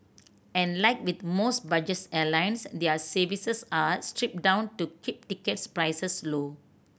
and like with most budgets airlines their services are stripped down to keep tickets prices low